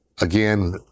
Again